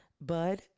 bud